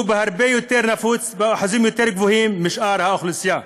שהוא הרבה יותר נפוץ ובאחוזים יותר גבוהים לעומת שאר האוכלוסייה.